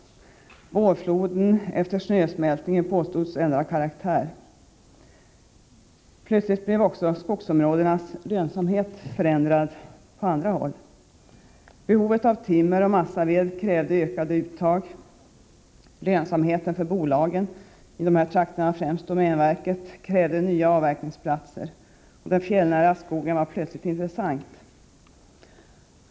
Vårfloden efter snösmältningen påstods ändra karaktär. Plötsligt blev också skogsområdenas lönsamhet förändrad på andra håll. Behovet av timmer och massaved krävde ökade uttag. Lönsamheten för bolagen i de här trakterna, främst domänverket, krävde nya avverkningsplatser. Den fjällnära skogen var plötsligt intressant.